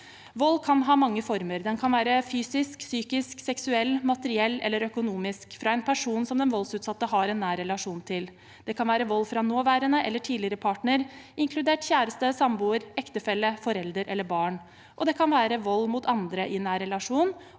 Vold kan ta mange former, den kan være fysisk, psykisk, seksuell, materiell eller økonomisk, fra en person som den voldsutsatte har en nær relasjon til. Det kan være vold fra nåværende eller tidligere partner, inkludert kjæreste, samboer, ektefelle, forelder eller barn. Det kan også være vold mot andre i nær relasjon,